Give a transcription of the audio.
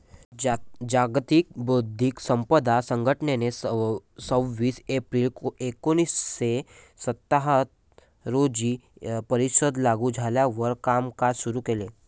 जागतिक बौद्धिक संपदा संघटनेने सव्वीस एप्रिल एकोणीसशे सत्याहत्तर रोजी परिषद लागू झाल्यावर कामकाज सुरू केले